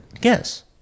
Guess